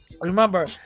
remember